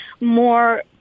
more